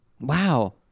Wow